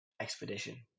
expedition